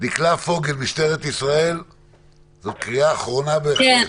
דקלה פוגל, משטרת ישראל, זאת קריאה אחרונה בהחלט.